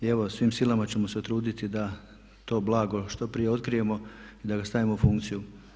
Evo svim silama ćemo se truditi da to blago što prije otkrijemo i da ga stavimo u funkciju.